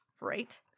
Right